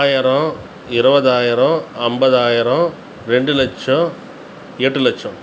ஆயிரம் இருவதாயிரம் அம்பதாயிரம் ரெண்டு லட்சம் எட்டு லட்சம்